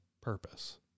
purpose